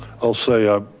i'll say ah